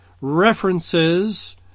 References